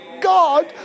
God